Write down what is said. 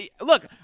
look